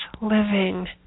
living